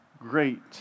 great